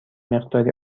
مقداری